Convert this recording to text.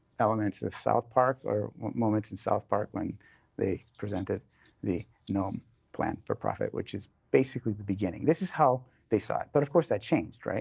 elements of south park or moments in south park when they presented the gnome plan for profit, which is basically the beginning. this is how they saw it. but of course that changed.